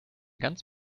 ganz